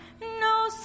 no